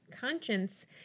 conscience